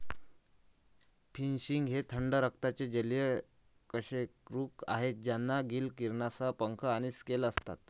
finfish हे थंड रक्ताचे जलीय कशेरुक आहेत ज्यांना गिल किरणांसह पंख आणि स्केल असतात